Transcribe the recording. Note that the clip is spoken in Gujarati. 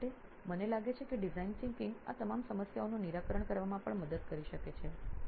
તેમના માટે મને લાગે છે કે ડિઝાઇન વિચારસરણી આ તમામ સમસ્યાઓનું નિરાકરણ કરવામાં પણ મદદ કરી શકે છે